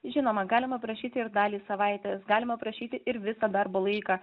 žinoma galima prašyti ir dalį savaitės galima prašyti ir visą darbo laiką